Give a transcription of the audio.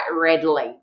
readily